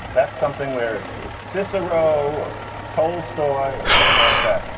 that's something where it's it's cicero or tolstoy or something like that.